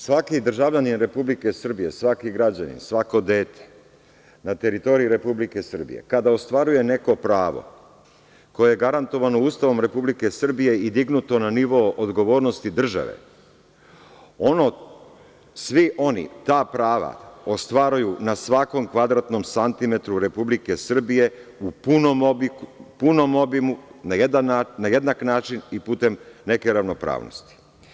Svaki državljanin Republike Srbije, svaki građanin, svako dete na teritoriji Republike Srbije kada ostvaruje neko pravo koje je garantovano Ustavom Republike Srbije i dignuto na nivo odgovornosti države, svi oni ta prava ostvaruju na svakom kvadratnom santimetru Republike Srbije u punom obimu, na jednak način i putem neke ravnopravnosti.